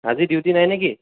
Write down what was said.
আজি ডিউটি নাই নে কি